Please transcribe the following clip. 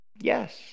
yes